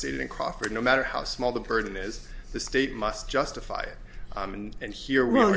stated in crawford no matter how small the burden is the state must justify it and here w